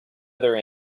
other